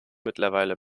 mittlerweile